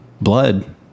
blood